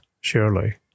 surely